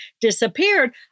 disappeared